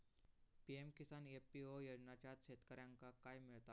PM Kisan FPO योजनाच्यात शेतकऱ्यांका काय मिळता?